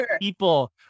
people